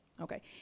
Okay